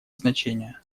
значение